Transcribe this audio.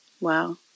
Wow